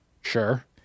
Sure